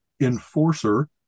enforcer